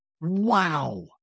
Wow